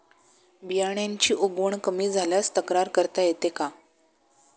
बियाण्यांची उगवण कमी झाल्यास तक्रार करता येते का?